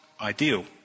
ideal